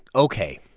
ok,